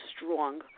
strong